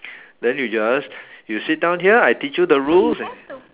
then you just you sit down here I teach you the rules and